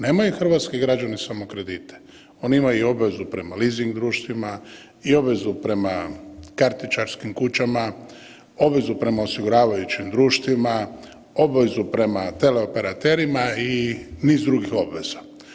Nemaju samo hrvatski građani samo kredite, oni imaju i obavezu prema leasing društvima i obavezu prema kartičarskim kućama, obavezu prema osiguravajućim društvima, obavezu prema teleoperaterima i niz drugih obveza.